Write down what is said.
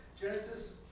Genesis